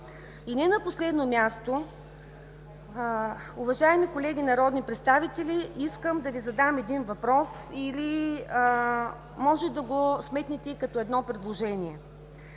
в Комисията. Уважаеми колеги народни представители, искам да Ви задам един въпрос или може да го сметнете като едно предложение.